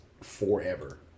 forever